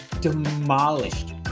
demolished